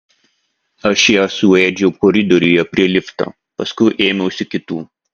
aš ją suėdžiau koridoriuje prie lifto paskui ėmiausi kitų